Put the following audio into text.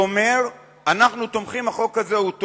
שאומר: אנחנו תומכים, החוק הזה הוא טוב.